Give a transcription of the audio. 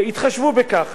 התחשבו בכך,